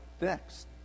next